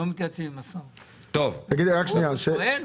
הוא שואל?